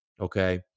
okay